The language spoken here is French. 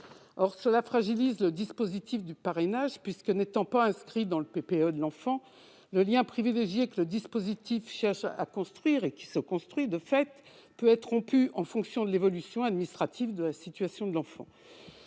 Or cela fragilise le dispositif du parrainage puisque, n'étant pas inscrit dans le PPE de l'enfant, le lien privilégié que le dispositif tend à construire peut être rompu en fonction de l'évolution administrative de la situation de l'enfant.